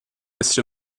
list